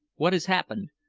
what has happened?